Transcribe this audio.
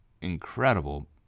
incredible